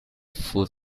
full